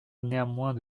néanmoins